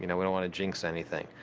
you know we don't wanna jinx anything.